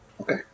Okay